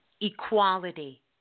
equality